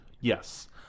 Yes